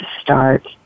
start